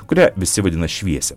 kurią visi vadina šviesia